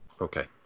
Okay